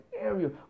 area